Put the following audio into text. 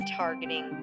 targeting